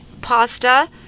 pasta